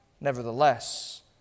Nevertheless